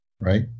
Right